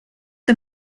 the